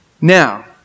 Now